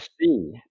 see